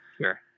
Sure